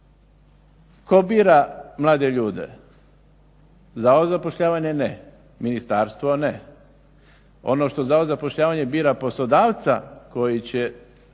Tko bira mlade ljude? Zavod za zapošljavanje ne, ministarstvo ne. Ono što zavod za zapošljavanje bira poslodavca koji će